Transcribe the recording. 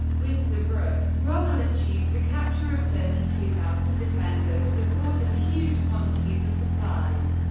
with tobruk, rommel achieved the capture of thirty two thousand defenders, the port, and huge quantities of supplies.